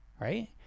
Right